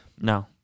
No